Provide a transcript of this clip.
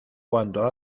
cuanto